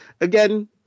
again